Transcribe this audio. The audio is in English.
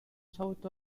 south